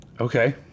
Okay